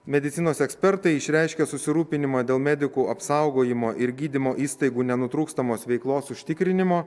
medicinos ekspertai išreiškė susirūpinimą dėl medikų apsaugojimo ir gydymo įstaigų nenutrūkstamos veiklos užtikrinimo